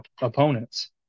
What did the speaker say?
opponents